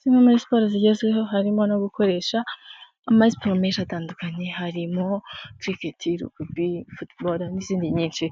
Zimwe muri siporo zigezweho harimo no gukoresha amasiporo menshi atandukanye harimo: kiriketi, rugubi, futubolo n'izindi nyinshi,